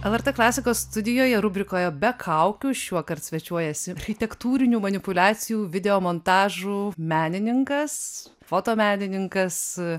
lrt klasikos studijoje rubrikoje be kaukių šiuokart svečiuojasi architektūrinių manipuliacijų video montažų menininkas fotomenininkas